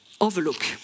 overlook